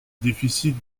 déficits